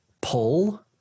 pull